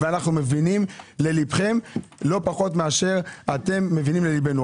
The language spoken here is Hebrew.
אנחנו מבינים לליבכם לא פחות משאתם מבינים לליבנו,